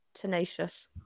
Tenacious